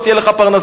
לא תהיה לך פרנסה,